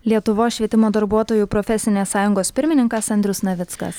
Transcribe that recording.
lietuvos švietimo darbuotojų profesinės sąjungos pirmininkas andrius navickas